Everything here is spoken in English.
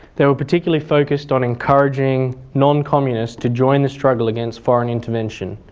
they were particularly focused on encouraging non-communists to join the struggle against foreign intervention.